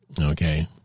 okay